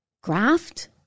Graft